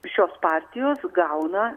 šios partijos gauna